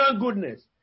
goodness